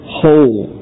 whole